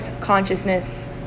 consciousness